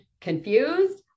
confused